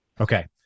Okay